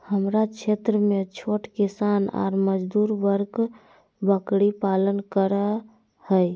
हमरा क्षेत्र में छोट किसान ऑर मजदूर वर्ग बकरी पालन कर हई